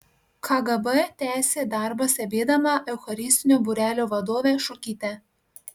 kgb tęsė darbą stebėdama eucharistinio būrelio vadovę šukytę